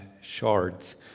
shards